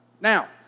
Now